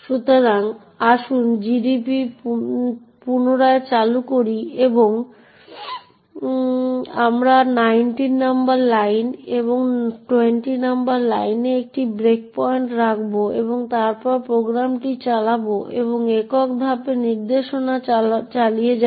সুতরাং আসুন GDB পুনরায় চালু করি এবং আমরা 19 নম্বর লাইনে এবং 20 নম্বর লাইনে একটি ব্রেকপয়েন্ট রাখব এবং তারপর প্রোগ্রামটি চালাব এবং একক ধাপে নির্দেশনা চালিয়ে যাব